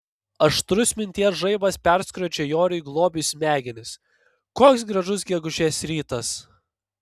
aštrus minties žaibas perskrodžia joriui globiui smegenis koks gražus gegužės rytas